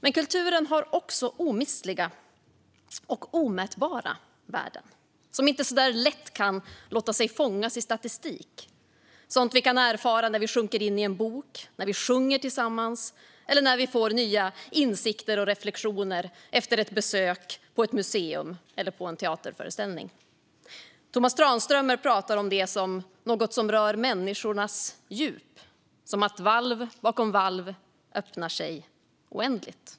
Men kulturen har också omistliga och omätbara värden som inte så lätt låter sig fångas i statistik, sådant vi kan erfara när vi sjunker in i en bok, när vi sjunger tillsammans eller när vi får nya insikter och reflektioner efter ett besök på ett museum eller på en teaterföreställning. Tomas Tranströmer talar om det som något som rör människors djup, som att inne i oss "öppnar sig valv bakom valv oändligt".